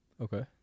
Okay